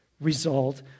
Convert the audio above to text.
result